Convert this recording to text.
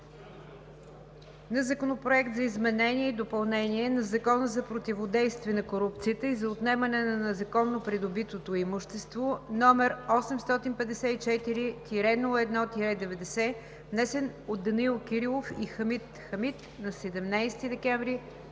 Законопроект за изменение и допълнение на Закона за противодействие на корупцията и за отнемане на незаконно придобитото имущество, № 854-01-90, внесен от Данаил Кирилов и Хамид Хамид на 17 декември